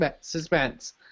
suspense